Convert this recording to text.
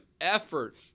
effort